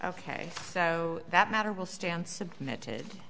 ok so that matter will stand submitted